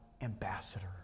ambassador